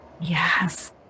Yes